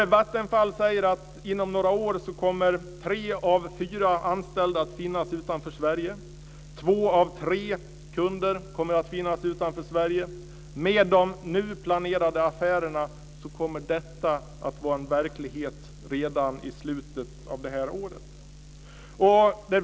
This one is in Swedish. Vattenfall säger att inom några år kommer tre av fyra anställda och två av tre kunder att finnas utanför Sverige. Med de nu planerade affärerna kommer detta att vara verklighet redan i slutet av det här året.